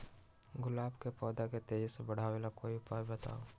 गुलाब के पौधा के तेजी से बढ़ावे ला कोई उपाये बताउ?